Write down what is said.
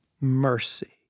mercy